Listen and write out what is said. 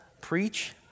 preach